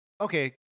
Okay